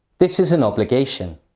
this is an obligation.